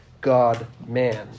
God-man